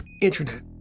internet